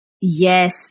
Yes